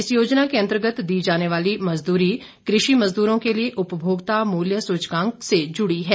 इस योजना के अंतर्गत दी जाने वाली मजदूरी कृषि मजदूरों के लिए उपभोक्ता मूल्य सूचकांक से जुड़ी है